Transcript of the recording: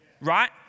right